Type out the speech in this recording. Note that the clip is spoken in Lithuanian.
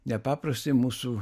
nepaprastai mūsų